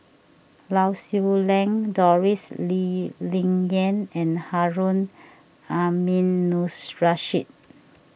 Lau Siew Lang Doris Lee Ling Yen and Harun Aminurrashid